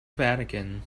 vatican